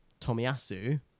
Tomiyasu